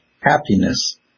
Happiness